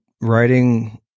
writing